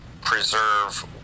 preserve